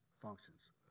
functions